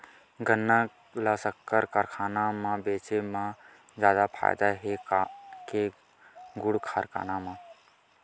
गन्ना ल शक्कर कारखाना म बेचे म जादा फ़ायदा हे के गुण कारखाना म?